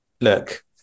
look